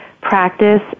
practice